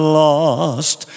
lost